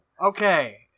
Okay